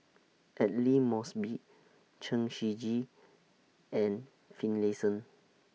Aidli Mosbit Chen Shiji and Finlayson